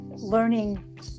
learning